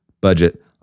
Budget